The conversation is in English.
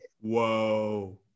Whoa